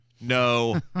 no